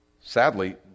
sadly